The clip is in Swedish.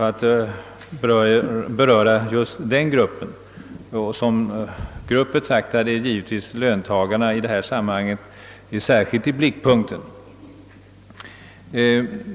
Som grupp betraktad är givetvis löntagarna i detta sammanhang särskilt i blickpunkten.